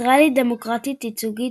ישראל היא דמוקרטיה ייצוגית,